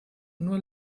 nur